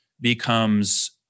becomes